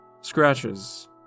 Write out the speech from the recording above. Scratches